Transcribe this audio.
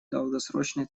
долгосрочной